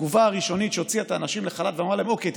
התגובה הראשונית הוציאה את האנשים לחל"ת ואמרה להם: אוקיי,